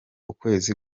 ukwezi